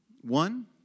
One